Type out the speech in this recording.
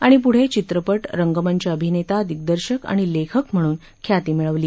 आणि प्ढे चित्रपट रंगमंच अभिनेता दिग्दर्शक आणि लेखक म्हणून ख्याती मिळवली